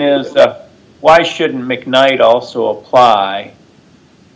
but why should mcknight also apply